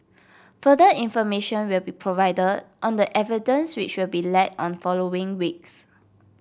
further information will be provided on the evidence which will be led on following weeks